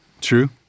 True